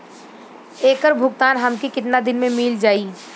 ऐकर भुगतान हमके कितना दिन में मील जाई?